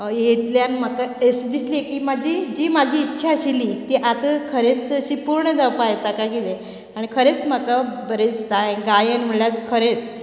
इतल्यान म्हाका एस दिसली की म्हाजी जी म्हाजी इच्छा आशिल्ली तीं आता खरेंच अशी पुर्ण जावपाक येता काय कितें आनी खरेंच म्हाका बरें दिसता हे गायन म्हणल्यार खरेंच